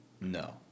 No